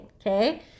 okay